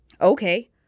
Okay